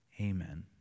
Amen